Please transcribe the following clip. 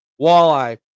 Walleye